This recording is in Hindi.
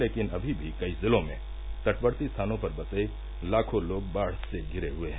लेकिन अभी भी कई जिलों में तटवर्ती स्थानों पर बसे लाखों लोग बाढ़ से घिरे हुये हैं